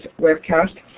webcast